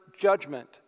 judgment